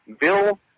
Bill